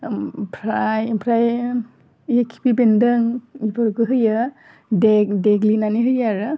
ओमफ्राय ओमफ्राय इ खिफि बेन्दों इफोरखौ होयो दे देग्लिनानै होयो आरो